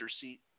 seat